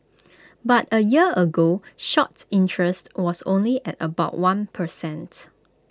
but A year ago shorts interest was only at about one per cents